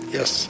Yes